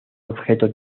objeto